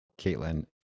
Caitlin